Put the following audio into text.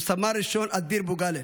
הוא סמל ראשון אדיר בוגלה,